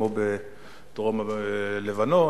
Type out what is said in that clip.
כמו בדרום-לבנון,